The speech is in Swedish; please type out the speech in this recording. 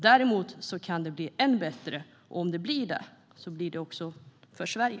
Däremot kan det bli ännu bättre - för Sverige.